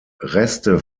reste